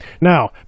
Now